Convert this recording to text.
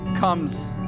comes